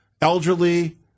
elderly